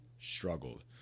struggled